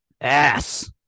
Ass